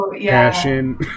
passion